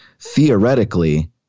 theoretically